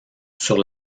sur